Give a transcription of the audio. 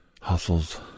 Hustles